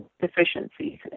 deficiencies